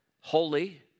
holy